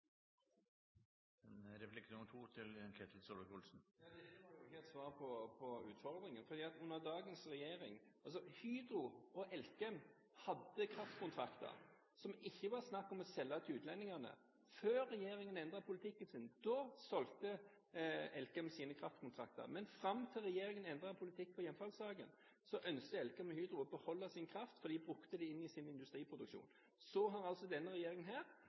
Replikk nr. to til Ketil Solvik-Olsen. Ja, dette var jo ikke et svar på utfordringen. Hydro og Elkem hadde kraftkontrakter som det ikke var snakk om å selge til utlendingene – før regjeringen endret sin politikk. Da solgte Elkem sine kraftkontrakter. Men fram til regjeringen endret sin politikk på hjemfallssaken ønsket Elkem og Hydro å beholde sin kraft, for de brukte den i sin industriproduksjon. Så har altså denne regjeringen